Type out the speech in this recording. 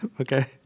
Okay